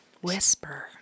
whisper